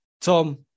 Tom